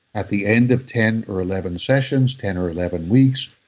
at the end of ten or eleven sessions ten or eleven weeks,